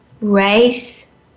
race